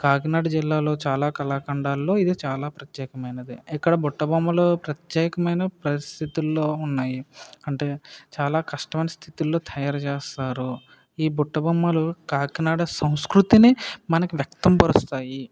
కాకినాడ జిల్లాలో చాలా కళాఖండాల్లో ఇది చాలా ప్రత్యేకమైనది ఇక్కడ బుట్ట బొమ్మలు ప్రత్యేకమైన పరిస్థితుల్లో ఉన్నాయి అంటే చాలా కష్టమైన స్థితిలో తయారు చేస్తారు ఈ బుట్ట బొమ్మలు కాకినాడ సంస్కృతిని మనకు వ్యక్తపరుస్తాయి